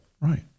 Right